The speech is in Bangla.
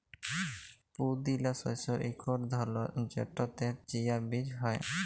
পুদিলা শস্যের ইকট ধরল যেটতে চিয়া বীজ হ্যয়